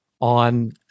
on